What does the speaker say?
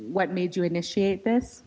what made you initiate this